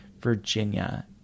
Virginia